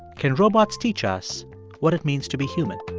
can robots teach us what it means to be human?